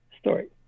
story